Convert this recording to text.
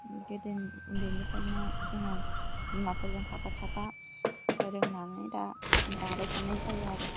गोदो उन्दैनिफ्रायनो जोङो बिमाफोरजों थाफा थाफा रोंनानै दा दाबाय थानाय जायो आरो